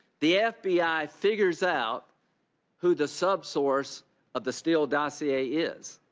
the f b i. figures out who the sub source of the steele dossier is,